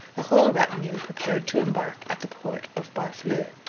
the whole retinue prepared to embark at the port of barfleur,